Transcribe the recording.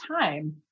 time